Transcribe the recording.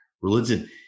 religion